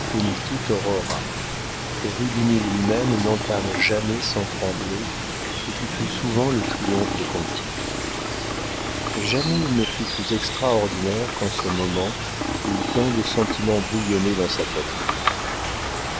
que rubini lui-même n'entame jamais sans trembler et qui fut souvent le triomphe de conti jamais il ne fut plus extraordinaire qu'en ce moment où tant de sentiments bouillonnaient dans sa poitrine